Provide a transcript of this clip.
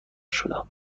شدم